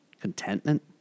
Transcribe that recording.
Contentment